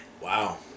Wow